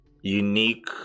unique